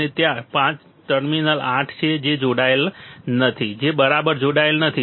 અને પછી ત્યાં ટર્મિનલ 8 છે જે જોડાયેલ નથી જે બરાબર જોડાયેલ નથી